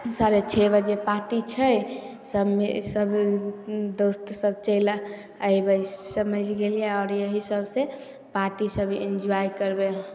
साढ़े छओ बजे पार्टी छै सभ मिलि सभ दोस्तसभ चलि अएबै समझि गेलिए आओर यही सबसे पार्टी सभी एन्जॉइ करबै